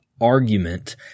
argument